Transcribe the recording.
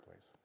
please